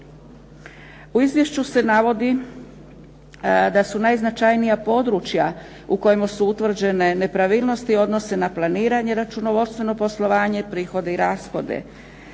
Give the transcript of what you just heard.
U izvješću se navodi da su najznačajnija područja u kojima su utvrđene nepravilnosti odnose na planiranje, računovodstveno poslovanje, prihode i rashode,